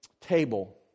table